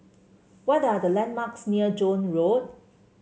what are the landmarks near Joan Road